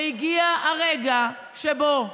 הגיע הרגע שבו אנחנו,